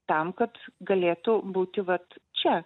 tam kad galėtų būti vat čia